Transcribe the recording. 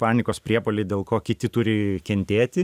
panikos priepuoliai dėl ko kiti turi kentėti